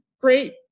great